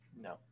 no